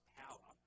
power